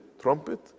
trumpet